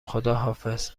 خداحافظ